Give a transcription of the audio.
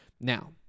Now